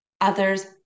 others